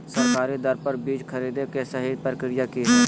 सरकारी दर पर बीज खरीदें के सही प्रक्रिया की हय?